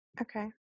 okay